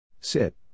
Sit